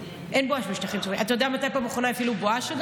אגב, אתה יודע מתי בפעם האחרונה הפעילו בואש?